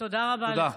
תודה רבה לך.